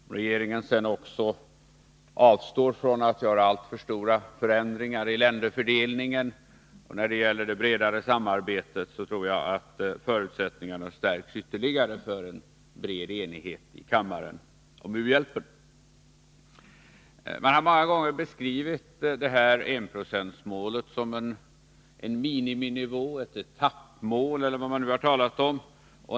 Om regeringen också avstår från att göra alltför stora förändringar i länderfördelningen och när det gäller det bredare samarbetet, tror jag att förutsättningarna stärks ytterligare för en bred enighet i kammaren om u-hjälpen. Enprocentsmålet har många gånger beskrivits som en miniminivå eller ett etappmål.